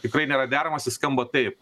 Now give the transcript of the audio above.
tikrai nėra deramas jis skamba taip